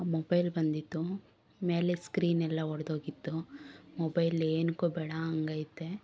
ಆ ಮೊಬೈಲ್ ಬಂದಿತ್ತು ಮೇಲಿದ್ದ ಸ್ಕ್ರೀನೆಲ್ಲ ಒಡೆದೋಗಿತ್ತು ಮೊಬೈಲ್ ಏತಕ್ಕೂ ಬೇಡ ಹಂಗೈತೆ